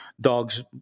dogs